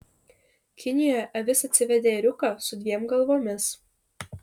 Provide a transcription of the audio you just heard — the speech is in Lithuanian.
kinijoje avis atsivedė ėriuką su dviem galvomis